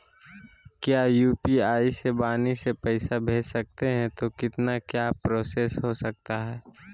क्या यू.पी.आई से वाणी से पैसा भेज सकते हैं तो कितना क्या क्या प्रोसेस हो सकता है?